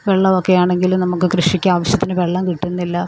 വെള്ളമൊക്കെയാണെങ്കിലും നമുക്ക് കൃഷിക്ക് ആവശ്യത്തിന് വെള്ളം കിട്ടുന്നില്ല